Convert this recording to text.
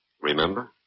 remember